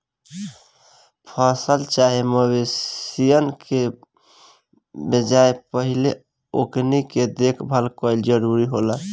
फसल चाहे मवेशियन के बेचाये से पहिले ओकनी के देखभाल कईल जरूरी होला